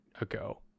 ago